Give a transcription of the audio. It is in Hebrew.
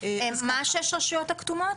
שש הרשויות הכתומות?